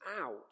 out